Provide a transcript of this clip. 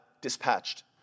dispatched